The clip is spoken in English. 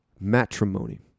matrimony